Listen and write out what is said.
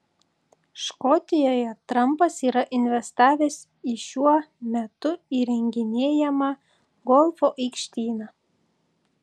škotijoje trampas yra investavęs į šiuo metu įrenginėjamą golfo aikštyną